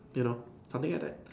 you know something like that